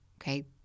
Okay